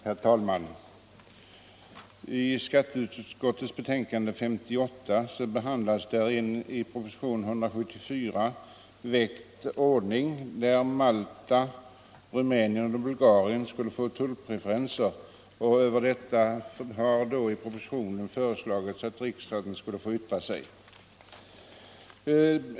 Herr talman! I skatteutskottets betänkande nr 58 behandlas en i propositionen 174 föreslagen ordning enligt vilken Malta, Rumänien och Bulgarien skulle få tullpreferenser. Propositionen har lämnats till riksdagen för att den skall yttra sig över förslaget.